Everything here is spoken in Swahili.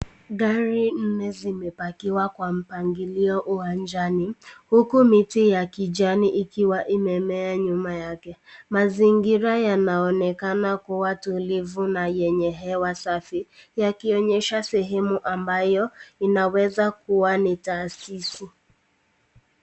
Gari nne zimepakiwa kwa mpangilio uwanjani , huku miti ya kijani ikiwa imemea nyuma yake . Mazingira yanaonekana kuwa tulivu na yenye hewa safi, yakionyesha sehemu ambayo inaweza kuwa ni tasisi.